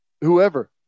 whoever